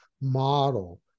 model